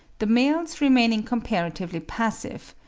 the males remaining comparatively passive,